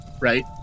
right